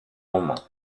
moments